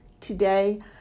today